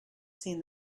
seen